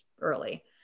early